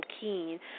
keen